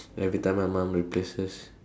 everytime my mum replaces